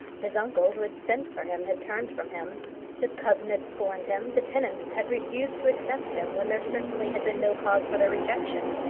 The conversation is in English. his uncle who had sent for him had turned from him his cousin had scorned him the tenants had refused to accept him when there certainly had been no cause for their rejection.